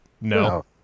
no